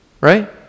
Right